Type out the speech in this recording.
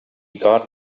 got